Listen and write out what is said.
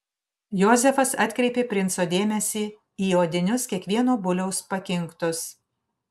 jozefas atkreipė princo dėmesį į odinius kiekvieno buliaus pakinktus